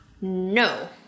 no